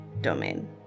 domain